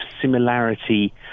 similarity